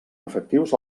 efectius